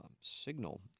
signal